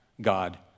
God